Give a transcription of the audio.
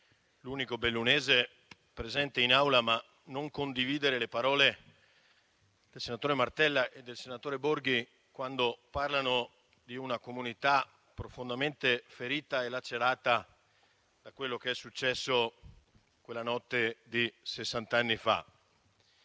l'unico bellunese presente in Aula, non condividere le parole dei senatori Martella e Borghi quando parlano di una comunità profondamente ferita e lacerata da quello che è successo quella notte di sessant'anni fa.